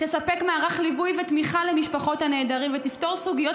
תספק מערך ליווי ותמיכה למשפחות הנעדרים ותפתור סוגיות